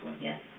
Yes